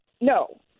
No